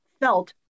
felt